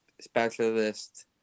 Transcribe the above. specialist